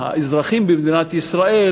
האזרחים במדינת ישראל,